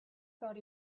thought